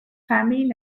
famine